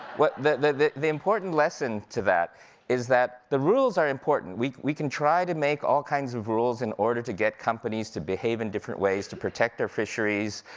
the the important lesson to that is that the rules are important. we we can try to make all kinds of rules in order to get companies to behave in different ways, to protect our fisheries,